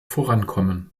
vorankommen